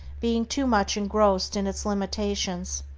being too much engrossed in its limitations.